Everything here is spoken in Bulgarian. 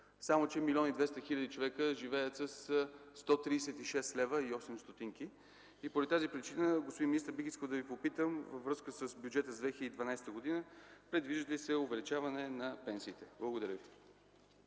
Само че 1 млн. 200 хил. човека живеят със 136,08 лв. По тази причина, господин министър, бих искал да Ви попитам във връзка с бюджета за 2012 г.: предвижда ли се увеличаване на пенсиите? Благодаря.